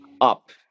up